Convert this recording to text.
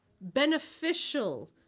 beneficial